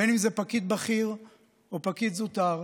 בין שזה פקיד בכיר או פקיד זוטר,